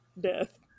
death